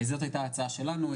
זאת היתה ההצעה שלנו,